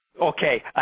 Okay